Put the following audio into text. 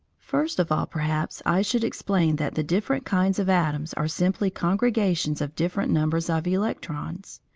first of all, perhaps, i should explain that the different kinds of atoms are simply congregations of different numbers of electrons.